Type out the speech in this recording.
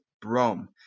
Brom